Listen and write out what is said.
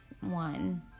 one